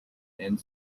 and